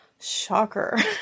Shocker